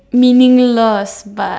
meaningless but